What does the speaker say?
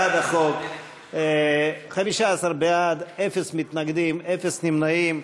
בעד החוק, 15, אין מתנגדים, אין נמנעים.